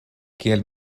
kiel